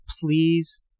Please